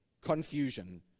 confusion